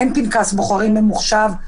אין פנקס בוחרים ממוחשב,